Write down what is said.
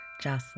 Jocelyn